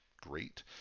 great